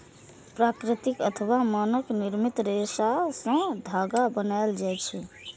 प्राकृतिक अथवा मानव निर्मित रेशा सं धागा बनायल जाए छै